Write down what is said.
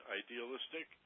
idealistic